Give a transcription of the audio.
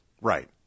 Right